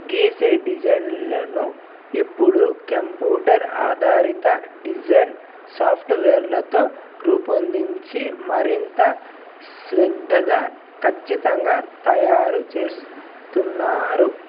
గీసే డిజైన్లను ఇప్పుడు కంప్యూటర్ ఆధారిత డిజైన్ సాఫ్ట్వేర్లతో రూపొందించి మరింత శ్రద్ధగా ఖచ్చితంగా తయారు చేస్తున్నారు